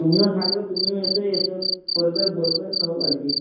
তুমিও থাকবে তুমিও এসো এসে করবে বলবে সব আর কি